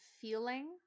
feeling